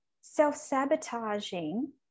self-sabotaging